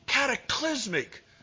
cataclysmic